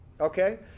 Okay